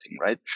right